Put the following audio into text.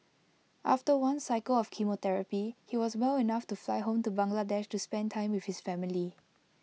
after one cycle of chemotherapy he was well enough to fly home to Bangladesh to spend time with his family